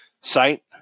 site